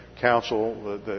council